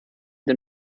den